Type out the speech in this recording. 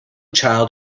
child